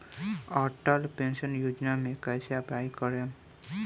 Atal pension योजना मे कैसे अप्लाई करेम?